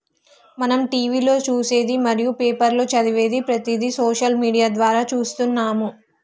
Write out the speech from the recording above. మనం టీవీలో చూసేది మరియు పేపర్లో చదివేది ప్రతిదీ సోషల్ మీడియా ద్వారా చూస్తున్నాము